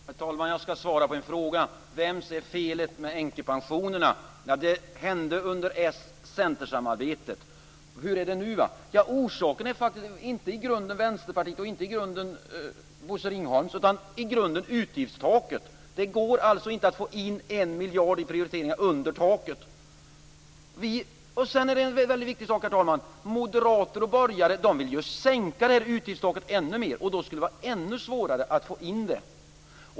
Herr talman! Jag ska svara på en fråga: Vems är felet med änkepensionerna? Det hände under s-csamarbetet. Hur är det nu då? Orsaken är faktiskt i grunden inte Vänsterpartiet eller Bosse Ringholm utan utgiftstaket. Det går inte att få in 1 miljard i prioriteringar under taket. Sedan är det en väldigt viktig sak, herr talman: Moderater och borgare vill ju sänka detta utgiftstak ännu mer. Då skulle det vara ännu svårare att få in det.